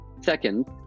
Second